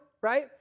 right